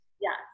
Yes